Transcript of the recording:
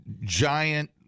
giant